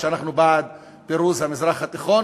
אנחנו בעד פירוז המזרח התיכון